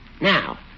Now